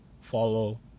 follow